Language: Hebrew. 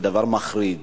זה דבר מחריד.